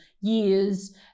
years